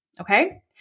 Okay